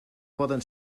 poden